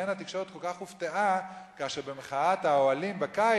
לכן התקשורת כל כך הופתעה כאשר במחאת האוהלים בקיץ,